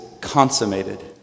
consummated